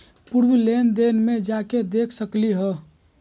पूर्व लेन देन में जाके देखसकली ह?